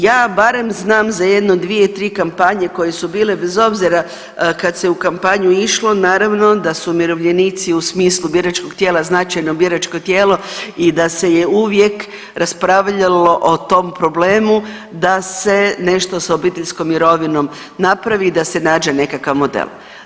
Ja barem znam za jedno 2-3 kampanje koje se bile bez obzira kad se u kampanju išlo naravno da su umirovljenici u smislu biračkog biračkog tijela, značajno biračko tijelo i da se je uvijek raspravljalo o tom problemu da se nešto s obiteljskom mirovinom napravi, da se nađe nekakav model.